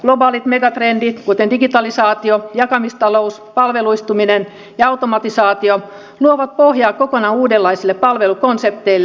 globaalit megatrendit kuten digitalisaatio jakamistalous palveluistuminen ja automatisaatio luovat pohjaa kokonaan uudenlaisille palvelukonsepteille